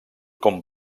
com